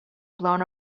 blown